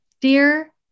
dear